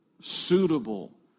suitable